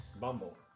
Bumble